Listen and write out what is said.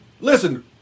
Listen